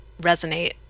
resonate